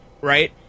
Right